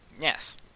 Yes